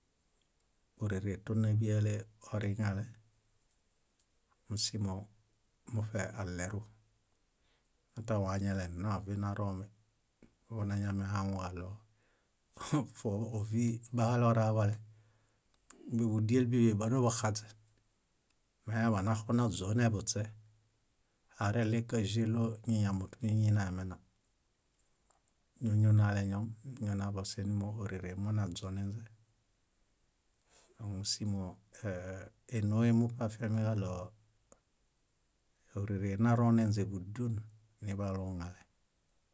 . Órere tónaḃiale oriŋale músimo muṗe aleru mata wañale nna ovinaromi vonañamehaŋuġaɭo óvi bahale oraḃale. Búḃudiel bíḃi baniḃuxaźen mañaḃanaxunaźuoneḃuśe, areɭe káĵelo ñiñamotu ñíñi namena, ñuñunaleñom, ñonaḃosenimo, órere monaźonenźe. Mómusimo énoem muṗe afiamiġaɭo órere naroneźeḃudun niḃaluuŋale.